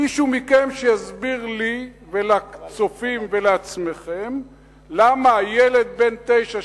מישהו מכם שיסביר לי ולצופים ולעצמכם למה ילד בן תשע,